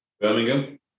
Birmingham